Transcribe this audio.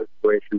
situation